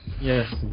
Yes